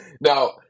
Now